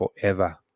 forever